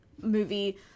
movie